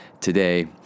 today